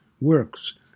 works